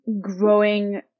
growing